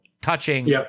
touching